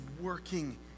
working